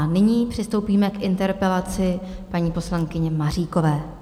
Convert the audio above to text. Nyní přistoupíme k interpelaci paní poslankyně Maříkové.